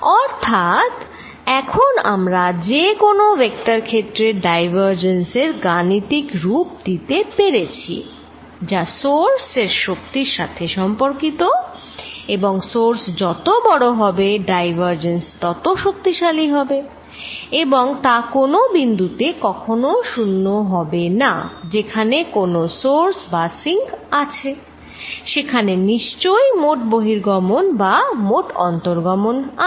অর্থাৎ এখন আমরা যেকোনো ভেক্টর ক্ষেত্রের ডাইভারজেন্স এর গাণিতিক রূপ দিতে পেরেছি যা সোর্স এর শক্তির সাথে সম্পর্কিত এবং সোর্স যত বড় হবে ডাইভারজেন্স তত শক্তিশালী হবে এবং তা কোনো বিন্দু তে কখনো শূন্য হবে না যেখানে কোনো সোর্স বা সিঙ্ক আছে সেখানে নিশ্চই মোট বহির্গমন বা মোট অভ্যন্তর্গমন আছে